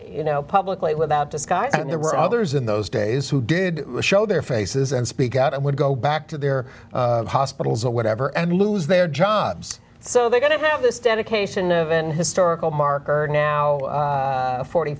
you know publicly without disguise and there were others in those days who did show their faces and speak out and would go back to their hospitals or whatever and lose their jobs so they're going to have this dedication of an historical marker now forty